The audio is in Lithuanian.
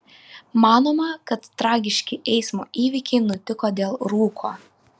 manoma kad tragiški eismo įvykiai nutiko dėl rūko